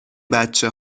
بچه